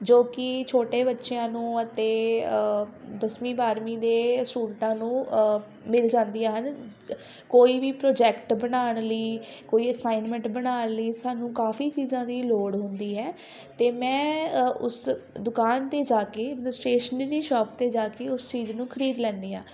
ਜੋ ਕਿ ਛੋਟੇ ਬੱਚਿਆਂ ਨੂੰ ਅਤੇ ਦਸਵੀਂ ਬਾਰਵੀਂ ਦੇ ਸਟੂਡੈਂਟਾਂ ਨੂੰ ਮਿਲ ਜਾਂਦੀਆਂ ਹਨ ਕੋਈ ਵੀ ਪ੍ਰੋਜੈਕਟ ਬਣਾਉਣ ਲਈ ਕੋਈ ਅਸਾਈਨਮੈਂਟ ਬਣਾਉਣ ਲਈ ਸਾਨੂੰ ਕਾਫੀ ਚੀਜ਼ਾਂ ਦੀ ਲੋੜ ਹੁੰਦੀ ਹੈ ਅਤੇ ਮੈਂ ਅ ਉਸ ਦੁਕਾਨ 'ਤੇ ਜਾ ਕੇ ਮਤਲਵ ਸਟੇਸ਼ਨਰੀ ਸ਼ਾਪ 'ਤੇ ਜਾ ਕੇ ਉਸ ਚੀਜ਼ ਨੂੰ ਖਰੀਦ ਲੈਂਦੀ ਹਾਂ